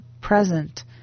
present